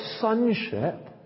sonship